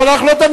חבר הכנסת מוזס.